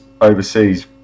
overseas